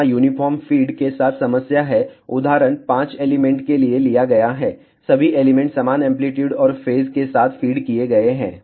यहाँ uniform feed के साथ समस्या है उदाहरण 5 एलिमेंट के लिए लिया गया है सभी एलिमेंट समान एंप्लीट्यूड और फेज के साथ फीड किए गए हैं